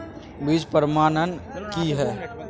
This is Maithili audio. बीज प्रमाणन की हैय?